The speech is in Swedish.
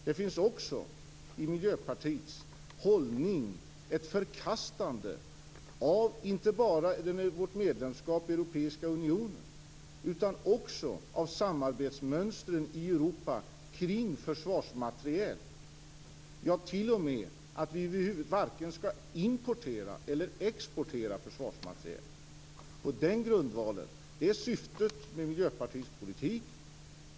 Det finns också i Miljöpartiets hållning ett förkastande inte bara av vårt medlemskap i Europeiska unionen utan också av samarbetsmönstren i Europa kring försvarsmateriel - ja, t.o.m. att vi över huvud varken skall importera eller exportera försvarsmateriel. Den grundvalen är syftet med Miljöpartiets politik.